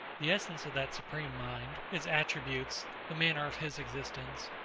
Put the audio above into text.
the essence of that supreme mind, his attributes, the manner of his existence,